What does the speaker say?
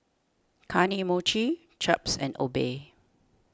Kane Mochi Chaps and Obey